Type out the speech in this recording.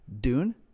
Dune